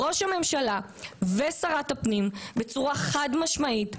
ראש הממשלה ושרת הפנים התחייבו בצורה חד משמעית,